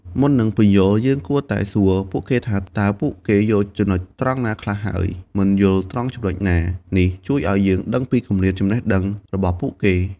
មុននឹងពន្យល់ យើងគួរតែសួរពួកគេថា តើពួកគេយល់ត្រង់ចំណុចណាខ្លះហើយ មិនយល់ត្រង់ចំណុចណា? នេះជួយឱ្យយើងដឹងពីគម្លាតចំណេះដឹងរបស់ពួកគេ។